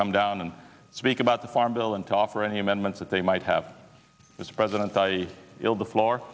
come down and speak about the farm bill and talk for any amendments that they might have as president i will the floor